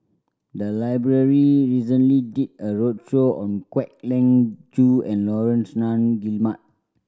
the library recently did a roadshow on Kwek Leng Joo and Laurence Nunn Guillemard